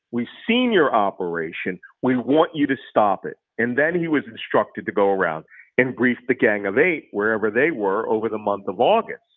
seen your operation. we want you to stop it. and then he was instructed to go around and brief the gang of eight, wherever they were, over the month of august.